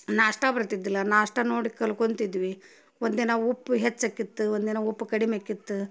ನಾಷ್ಟಾ ಬರ್ತಿದ್ದಿಲ್ಲ ನಾಷ್ಟಾ ನೋಡಿ ಕಲ್ಕೊತಿದ್ವಿ ಒಂದಿನ ಉಪ್ಪು ಹೆಚ್ಚಾಕಿತ್ತು ಒಂದಿನ ಉಪ್ಪು ಕಡಿಮೆ ಆಕಿತ್ತು